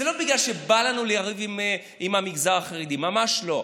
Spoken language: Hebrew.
זה לא בגלל שבא לנו לריב עם המגזר החרדי, ממש לא.